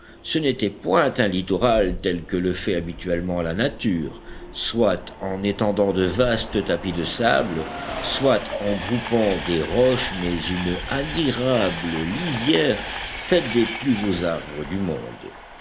ce n'était point un littoral tel que le fait habituellement la nature soit en étendant de vastes tapis de sable soit en groupant des roches mais une admirable lisière faite des plus beaux arbres du monde